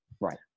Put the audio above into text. Right